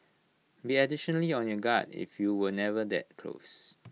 be additionally on your guard if you were never that close